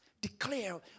declare